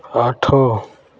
ଆଠ